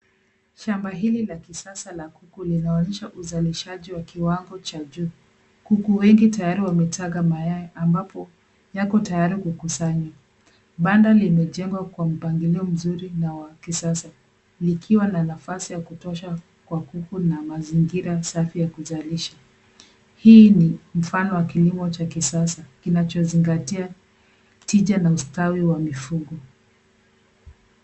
Shamba hili la kisasa la kuku linaonyesha uzalishaji wa kiwango cha juu. Kuku wengi tayari wametaga mayai ambapo yako tayari kukusanywa. Banda limejengwa kwa mpangilio mzuri na wa kisasa likiwa na nafasi ya kutosha kwa kuku na mazingira safi ya kuzalisha. Hii ni mfano wa kilimo cha kisasa kinachozingatia tija na ustawi wa mifugo.